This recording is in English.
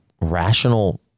rational